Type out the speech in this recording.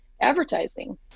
advertising